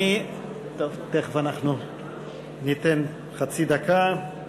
אכן אני מזמין את חברת הכנסת סופה